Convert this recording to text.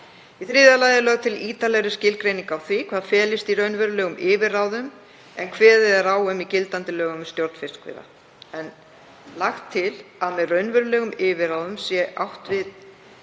Í þriðja lagi er lögð til ítarlegri skilgreining á því hvað felist í raunverulegum yfirráðum en kveðið er á um í gildandi lögum um stjórn fiskveiða. Er lagt til að með raunverulegum yfirráðum sé átt við